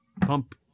Pump